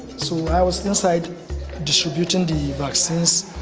so i was inside distributing the vaccines,